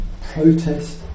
protest